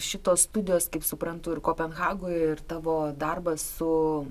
šitos studijos kaip suprantu ir kopenhagoje ir tavo darbas su